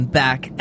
back